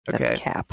Okay